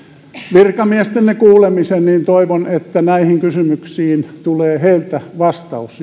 virkamiestemme kuulemisen ja toivon että näihin kysymyksiin tulee heiltä vastaus